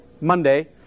Monday